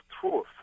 truth